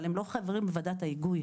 אבל הם לא חברים בוועדת ההיגוי,